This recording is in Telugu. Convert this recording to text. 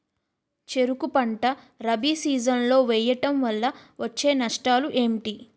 చెరుకు పంట రబీ సీజన్ లో వేయటం వల్ల వచ్చే నష్టాలు ఏంటి?